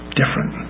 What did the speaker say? different